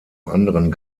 anderen